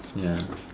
ya